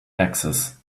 access